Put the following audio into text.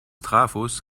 trafos